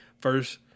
First